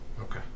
Okay